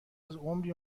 عمری